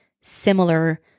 similar